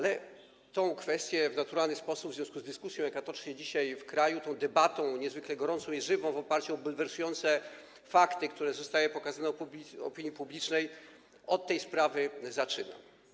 Jednak od tej kwestii w naturalny sposób, w związku z dyskusją, która toczy się dzisiaj w kraju, debatą niezwykle gorącą i żywą w oparciu o bulwersujące fakty, które zostały pokazane opinii publicznej, od tej sprawy zaczynam.